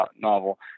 novel